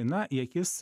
na į akis